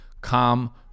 calm